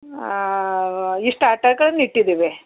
ಇಷ್ಟು ಆಟಗಳ್ನ ಇಟ್ಟಿದ್ದೀವಿ